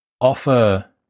offer